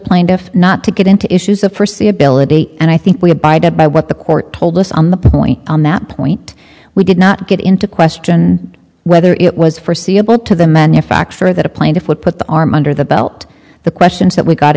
plaintiff not to get into issues of first the ability and i think we abided by what the court told us on the point on that point we did not get into question whether it was forseeable to the manufacturer that a plaintiff would put the arm under the belt the questions that we got